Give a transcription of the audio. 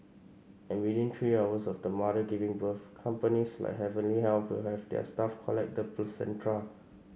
and within three hours of the mother giving birth companies like Heavenly Health will have their staff collect the placenta